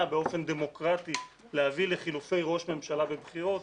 באופן דמוקרטי להביא לחילופי ראש ממשלה בבחירות,